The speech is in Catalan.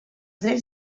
drets